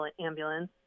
ambulance